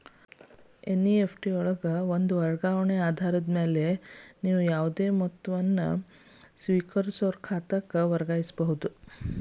NEFT ನಲ್ಲಿ ಒಂದ ವರ್ಗಾವಣೆ ಆಧಾರದ ಮ್ಯಾಲೆ ನೇವು ಯಾವುದೇ ಮೊತ್ತವನ್ನ ಸ್ವೇಕರಿಸೋರ್ ಖಾತಾಕ್ಕ ವರ್ಗಾಯಿಸಬಹುದ್